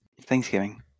Thanksgiving